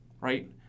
right